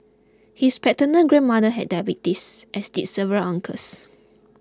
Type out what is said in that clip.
his paternal grandmother had diabetes as did several uncles